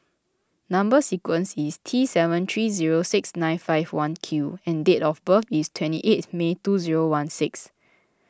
Number Sequence is T seven three zero six nine five one Q and date of birth is twenty eighth May twenty sixteen